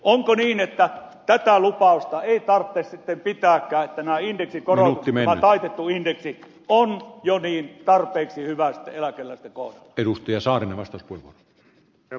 onko niin että tätä lupausta ei tarvitse sitten pitääkään että nämä indeksikorotukset vaan taitettu indeksi on jo niin tarpeeksi hyvä eläkeläistä ko yll pia saaren vasta sitten eläkeläisten kohdalla